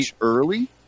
early